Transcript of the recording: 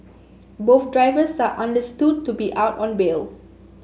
both drivers are understood to be out on bail